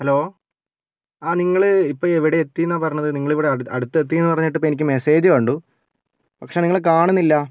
hello ആ നിങ്ങൾ ഇപ്പോൾ എവിടെ എത്തിയെന്നാണ് പറഞ്ഞത് നിങ്ങൾ ഇവിടെ അടുത്തെത്തിയെന്ന് പറഞ്ഞിട്ട് ഇപ്പോൾ എനിക്ക് മെസ്സേജ് കണ്ടു പക്ഷേ നിങ്ങളെ കാണുന്നില്ല